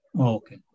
Okay